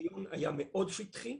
הדיון היה מאוד שטחי,